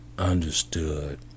understood